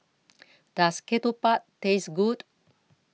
Does Ketupat Taste Good